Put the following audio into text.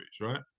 right